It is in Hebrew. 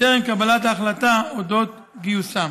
טרם קבלת ההחלטה אודות גיוסם.